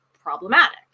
problematic